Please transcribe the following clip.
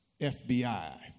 FBI